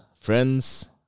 friends